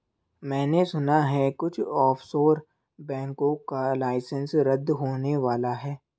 मैने सुना है कुछ ऑफशोर बैंकों का लाइसेंस रद्द होने वाला है